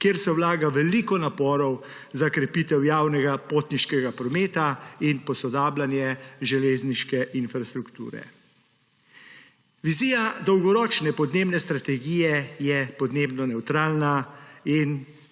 kjer se vlaga veliko naporov za krepitev javnega potniškega prometa in posodabljanje železniške infrastrukture. Vizija Dolgoročne podnebne strategije je podnebno nevtralna in